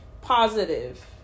positive